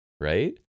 Right